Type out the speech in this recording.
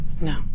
No